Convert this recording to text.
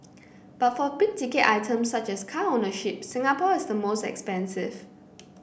but for big ticket items such as car ownership Singapore is the most expensive